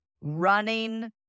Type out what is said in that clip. running